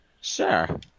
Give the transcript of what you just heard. Sure